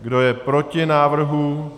Kdo je proti návrhu?